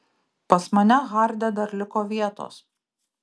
pas mane harde dar liko vietos